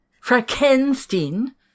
Frankenstein